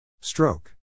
Stroke